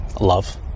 Love